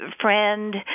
friend